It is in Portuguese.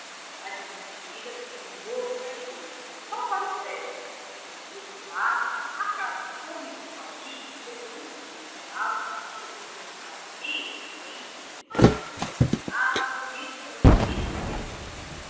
um novo caixeiro só para o frege e o rapaz a cada comensal que ia chegando recitava em tom cantado e estridente a sua interminável lista das comidas que havia